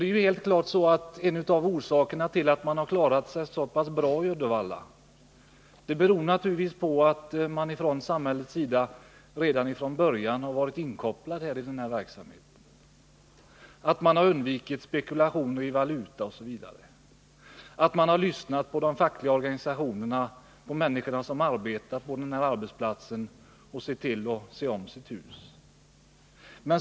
Det är helt klart att en av orsakerna till att man har klarat sig så pass bra i Uddevalla är att staten redan från början har varit inkopplad på denna verksamhet, att man har undvikit spekulationer i valuta osv., att man har lyssnat på de fackliga organisationerna och människorna som arbetar på den här arbetsplatsen och ser om sitt hus.